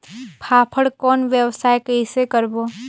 फाफण कौन व्यवसाय कइसे करबो?